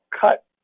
cut